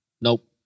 Nope